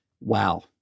Wow